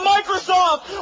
Microsoft